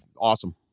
Awesome